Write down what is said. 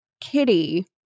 Kitty